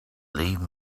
leave